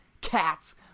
cats